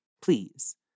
please